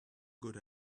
good